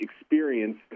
experience